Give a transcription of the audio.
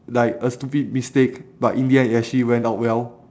like a stupid mistake but in the end it actually went out well